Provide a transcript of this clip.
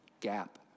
gap